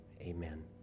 amen